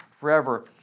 forever